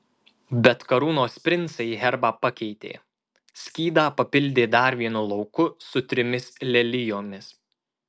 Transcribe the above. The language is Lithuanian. bet karūnos princai herbą pakeitė skydą papildė dar vienu lauku su trimis lelijomis